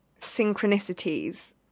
synchronicities